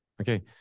Okay